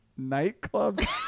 Nightclubs